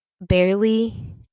barely